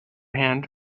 hand